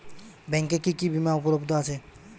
ব্যাংকে কি কি বিমা উপলব্ধ আছে?